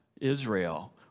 Israel